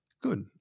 Good